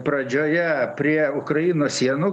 pradžioje prie ukrainos sienų